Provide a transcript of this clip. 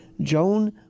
Joan